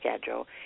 schedule